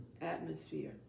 atmosphere